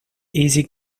easy